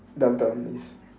downtown east